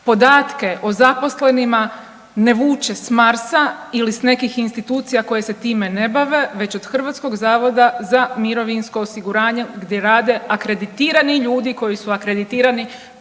Podatke o zaposlenima ne vuče s Marsa ili s nekih institucija koje se time ne bave već od HZMO-a gdje rade akreditirani ljudi koji su akreditirani